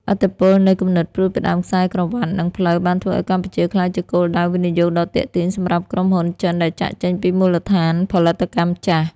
ឥទ្ធិពលនៃ គំនិតផ្ដួចផ្ដើមខ្សែក្រវាត់ និងផ្លូវបានធ្វើឱ្យកម្ពុជាក្លាយជាគោលដៅវិនិយោគដ៏ទាក់ទាញសម្រាប់ក្រុមហ៊ុនចិនដែលចាកចេញពីមូលដ្ឋានផលិតកម្មចាស់។